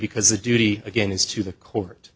because a duty again is to the court